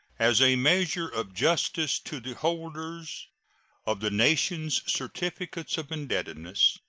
as a measure of justice to the holders of the nation's certificates of indebtedness,